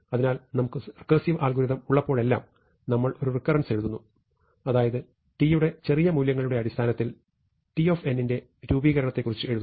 അതിനാൽ നമുക്ക് recursive algorithm ഉള്ളപ്പോഴെല്ലാം നമ്മൾ ഒരു റെക്കരൻസ് എഴുതുന്നു അതായത് t യുടെ ചെറിയ മൂല്യങ്ങളുടെ അടിസ്ഥാനത്തിൽ t ന്റെ രൂപീകരണത്തെക്കുറിച്ച് എഴുതുന്നു